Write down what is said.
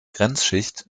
grenzschicht